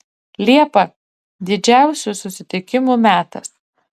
liepa didžiausių susitikimų metas